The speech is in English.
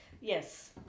yes